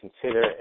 consider